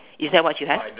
is that what you have